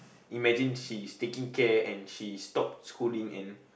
imagine she is taking care and she stop schooling and